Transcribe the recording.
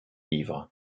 livres